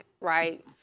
right